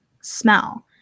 smell